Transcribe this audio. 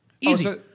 Easy